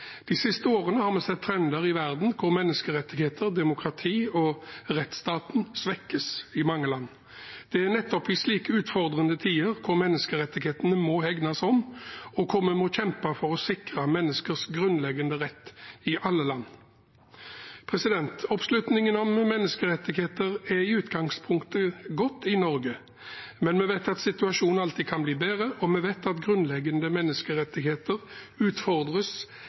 De siste årene har vi sett trender i verden der menneskerettigheter, demokrati og rettsstaten svekkes i mange land. Det er nettopp i slike utfordrende tider menneskerettighetene må hegnes om og vi må kjempe for å sikre menneskers grunnleggende rett i alle land. Oppslutningen om menneskerettigheter er i utgangspunktet godt i Norge, men vi vet at situasjonen alltid kan bli bedre, og vi vet at grunnleggende menneskerettigheter utfordres